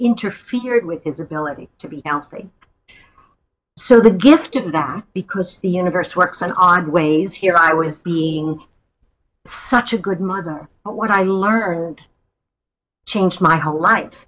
interfered with is available to be healthy so the gifted back because the universe works in odd ways here i was being such a good mother what i learned changed my whole life